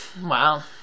Wow